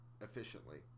efficiently